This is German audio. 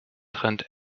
trend